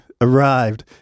arrived